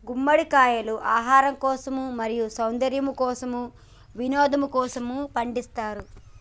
గుమ్మడికాయలు ఆహారం కోసం, మరియు సౌందర్యము కోసం, వినోదలకోసము పండిస్తారు